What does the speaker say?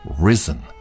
risen